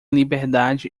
liberdade